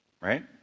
Right